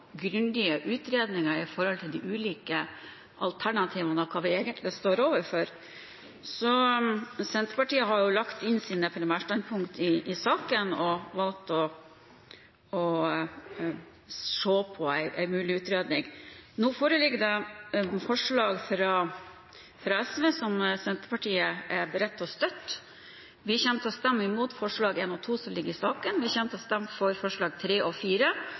grundige utredninger når det gjelder de ulike alternativene vi egentlig står overfor. Senterpartiet har lagt inn sine primærstandpunkter i saken og valgt å se på en mulig utredning. Nå foreligger det to forslag fra SV, som Senterpartiet er beredt til å støtte. Vi kommer til å stemme imot forslagene nr. 1 og 2, som ligger i saken. Vi kommer til å stemme for forslagene nr. 3 og